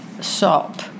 shop